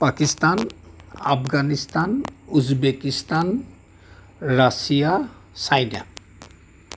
Pakistan Afghanistan Uzbekistan Russia China